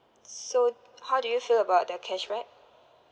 so how do you feel about the cashback